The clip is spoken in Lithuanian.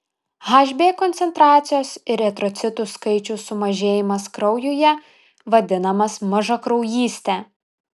hb koncentracijos ir eritrocitų skaičiaus sumažėjimas kraujuje vadinamas mažakraujyste